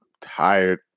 Tired